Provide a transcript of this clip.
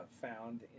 found